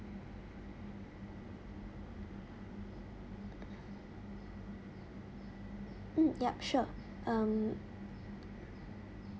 mm yup sure um